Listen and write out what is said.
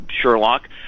Sherlock